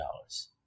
dollars